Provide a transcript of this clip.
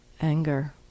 anger